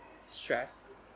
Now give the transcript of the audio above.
stress